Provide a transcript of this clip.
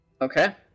Okay